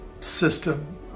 system